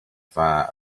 far